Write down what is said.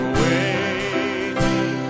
waiting